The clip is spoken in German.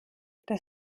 das